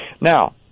Now